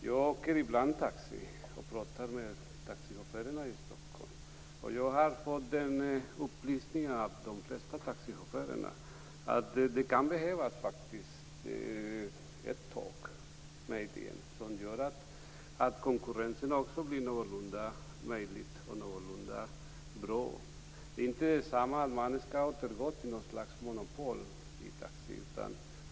Jag åker taxi ibland, och då pratar jag med taxichaufförerna i Stockholm. Jag har av de flesta taxichaufförerna fått upplysningen att det behövs ett tak som möjliggör en någorlunda bra konkurrens. Det är inte detsamma som att återgå till något slags monopol vad gäller taxi.